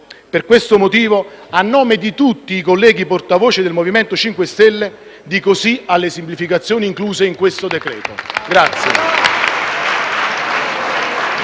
Per questo motivo, a nome di tutti i colleghi portavoce del MoVimento 5 Stelle, dico sì alle semplificazioni incluse in questo decreto-legge.